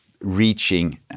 reaching